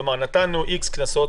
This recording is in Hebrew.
כלומר נתנו X קנסות,